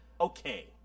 okay